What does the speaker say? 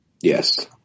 Yes